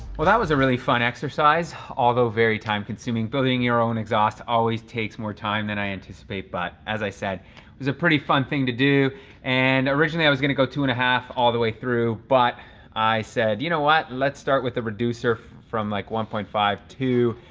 well, that was a really fun exercise, although very time-consuming. building your own exhaust always takes more time than i anticipate. but as i said, it was a pretty fun thing to do and originally i was gonna go two and a half all the way through, but i said, you know what? let's start with the reducer from like one point five to